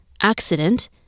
accident